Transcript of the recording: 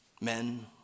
men